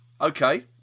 Okay